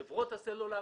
חברות הסלולר